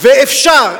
ואפשר,